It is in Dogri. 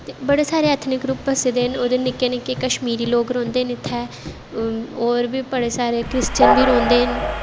ते बड़े सारे ऐथनिक ग्रुप न निक्के निक्के कश्मीरी लोग रौंह्दे न इत्थें होर बी बड़े सारे कृश्चन बी रौंह्दे न